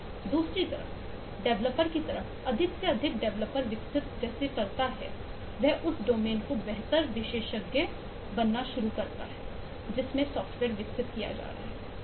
दूसरी तरफ डेवलपर की तरफ अधिक से अधिक डेवलपर विकसित होता है वह उस डोमेन का बेहतर विशेषज्ञ बनना शुरू करता है जिसमें सॉफ्टवेयर विकसित किया जा रहा है